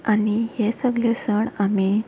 आनी हे सगले सण आमी